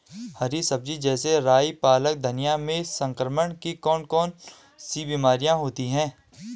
हरी सब्जी जैसे राई पालक धनिया में संक्रमण की कौन कौन सी बीमारियां होती हैं?